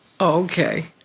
Okay